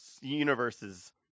universes